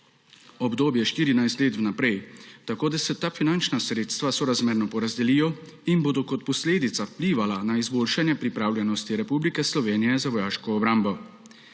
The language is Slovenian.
obdobje 14 let vnaprej, tako da se ta finančna sredstva sorazmerno porazdelijo in bodo kot posledica vplivala na izboljšanje pripravljenosti Republike Slovenije za vojaško obrambo.